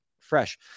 fresh